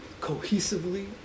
cohesively